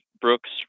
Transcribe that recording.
brooks